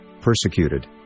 persecuted